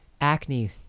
acne